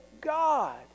God